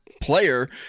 player